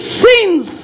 sins